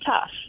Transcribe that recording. tough